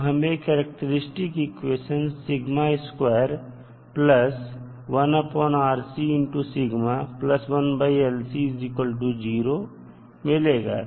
तो हमें करैक्टेरिस्टिक इक्वेशनमिलेगा